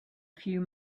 few